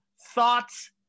thoughts